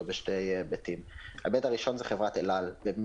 עשו אותו לפני המוטציות וגם לשפעת יש עד היום